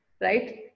Right